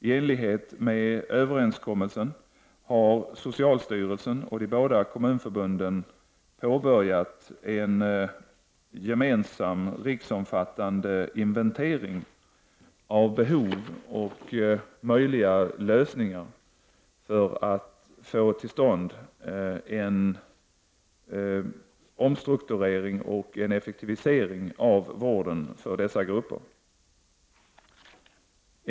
I enlighet med överenskommelsen har socialstyrelsen och de båda kommunförbunden påbörjat en gemensam riksomfattande inventering av behov och möjliga lösningar för att få till stånd en omstrukturering och en effektivisering av vården för dessa grupper.